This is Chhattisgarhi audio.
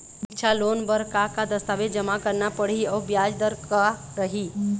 सिक्छा लोन बार का का दस्तावेज जमा करना पढ़ही अउ ब्याज दर का रही?